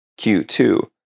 Q2